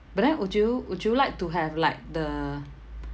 but then would you would you like to have like the